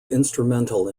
instrumental